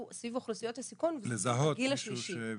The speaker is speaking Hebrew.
סביב אוכלוסיות הסיכון בגיל השלישי,